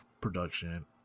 production